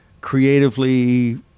creatively